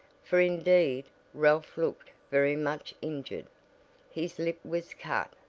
for indeed ralph looked very much injured his lip was cut,